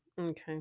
Okay